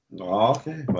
Okay